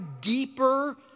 deeper